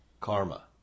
Karma